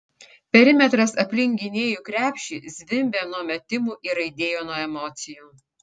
perimetras aplink gynėjų krepšį zvimbė nuo metimų ir aidėjo nuo emocijų